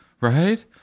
Right